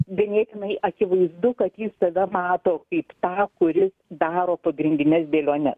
ganėtinai akivaizdu kad jis tave mato kaip tą kuris daro pagrindines dėliones